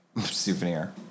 Souvenir